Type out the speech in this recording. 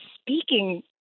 speaking